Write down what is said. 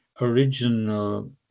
original